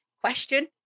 question